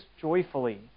joyfully